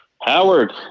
Howard